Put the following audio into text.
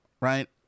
right